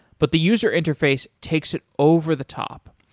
but the user interface takes it over the top.